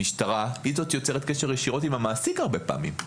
המשטרה היא זו שיוצרת קשר עם המעסיק הרבה פעמים,